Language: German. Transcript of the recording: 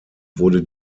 wurde